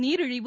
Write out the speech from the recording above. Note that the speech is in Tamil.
நீரிழிவு